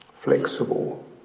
Flexible